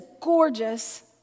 gorgeous